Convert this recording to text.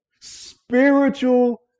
spiritual